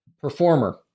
performer